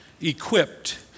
equipped